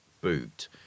boot